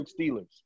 Steelers